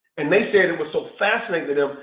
and they said it was so fascinating to them.